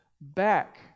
back